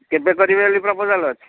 କେବେ କରିବେ ବୋଲି ପ୍ରପୋଜାଲ୍ ଅଛି